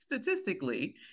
statistically